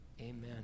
Amen